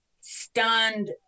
stunned